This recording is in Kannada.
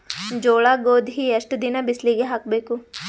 ಜೋಳ ಗೋಧಿ ಎಷ್ಟ ದಿನ ಬಿಸಿಲಿಗೆ ಹಾಕ್ಬೇಕು?